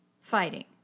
fighting